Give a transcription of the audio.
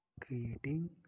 Creating